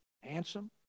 handsome